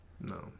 No